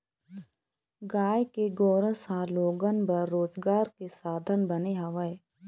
गाय के गोरस ह लोगन बर रोजगार के साधन बने हवय